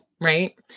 right